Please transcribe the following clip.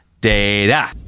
data